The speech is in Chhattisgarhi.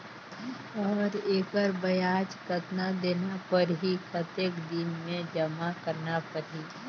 और एकर ब्याज कतना देना परही कतेक दिन मे जमा करना परही??